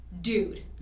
dude